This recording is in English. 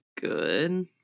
good